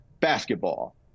basketball